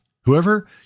whoever